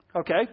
Okay